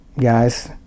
guys